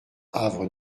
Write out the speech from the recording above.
havre